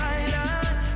island